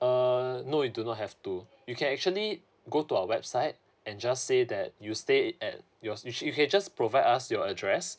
err no you do not have to you can actually go to our website and just say that you stayed at your you can just provide us your address